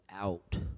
out